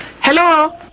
hello